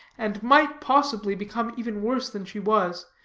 and might, possibly, become even worse than she was,